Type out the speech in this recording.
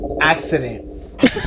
accident